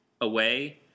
away